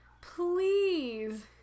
please